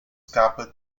capăt